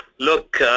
look,